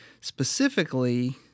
specifically